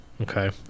Okay